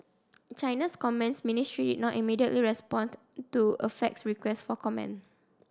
China's comments ministry did not immediately respond to a faxed request of comment